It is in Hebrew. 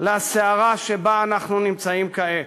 לסערה שבה אנחנו נמצאים כעת.